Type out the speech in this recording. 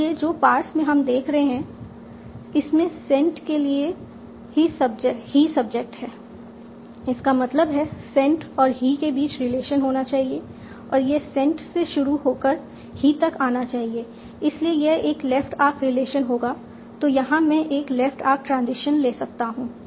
इसलिए जो पार्स में हम देख रहे हैं उसमें सेंट के लिए ही सब्जेक्ट है इसका मतलब है सेंट और ही के बीच रिलेशन होना चाहिए और यह सेंट से शुरू होकर ही तक आना चाहिए इसीलिए यह एक लेफ्ट आर्क रिलेशन होगा तो यहां मैं एक लेफ्ट आर्क ट्रांजिशन ले सकता हूं